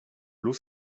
l’eau